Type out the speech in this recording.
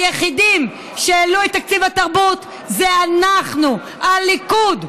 היחידים שהעלו את תקציב התרבות זה אנחנו, הליכוד.